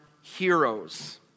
heroes